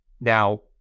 Now